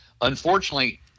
Unfortunately